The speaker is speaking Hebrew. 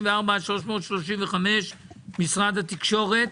334 עד 335, משרד התקשורת.